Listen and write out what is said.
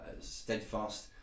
steadfast